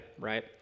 right